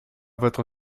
votre